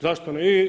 Zašto?